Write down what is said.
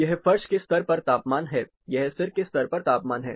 यह फर्श के स्तर पर तापमान है यह सिर के स्तर पर तापमान है